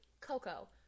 Coco